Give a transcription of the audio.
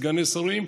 סגני שרים,